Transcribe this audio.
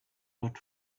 but